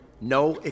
No